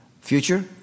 Future